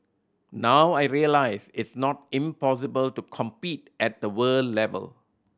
now I realise it's not impossible to compete at the world level